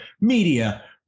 media